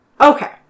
okay